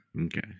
Okay